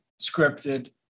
scripted